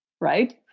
right